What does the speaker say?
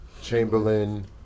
Chamberlain